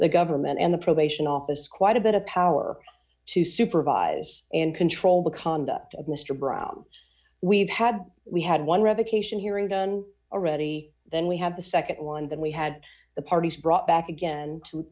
the government and the probation office quite a bit of power to supervise and control the conduct of mr brown we've had we had one revocation hearing done already then we have the nd one that we had the parties brought back again to